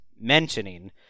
mentioning